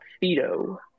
Fido